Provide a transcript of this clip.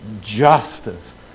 justice